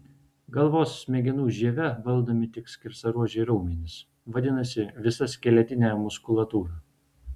galvos smegenų žieve valdomi tik skersaruožiai raumenys vadinasi visa skeletinė muskulatūra